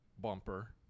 bumper